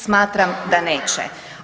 Smatram da neće.